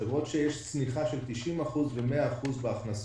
לחברות שיש צניחה של 90% ו-100% בהכנסות,